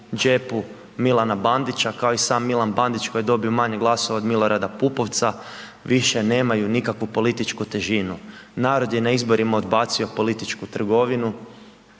džepu Milana Bandića kao i sam Milan Bandić koji je dobio manje glasova od Milorada Pupovca više nemaju nikakvu političku težinu. Narod je na izborima odbacio političku trgovinu